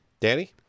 Danny